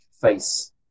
face